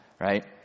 right